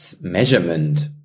measurement